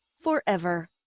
forever